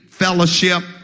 fellowship